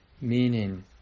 meaning